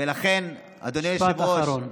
ולכן, אדוני היושב-ראש, משפט אחרון.